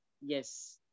Yes